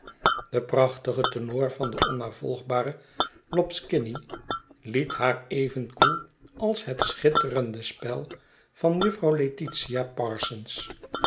de prachtige tenor van den onnavolgbaren lobskini liet haar even koel als het schitterende spel van juffrouw laetiia parsons